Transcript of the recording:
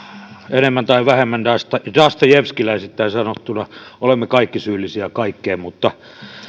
enemmän tai vähemmän dostojevskiläisittäin sanottuna olemme kaikki syyllisiä kaikkeen mutta